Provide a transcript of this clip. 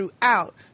throughout